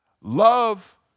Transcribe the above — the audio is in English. Love